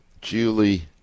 Julie